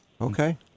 okay